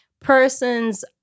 persons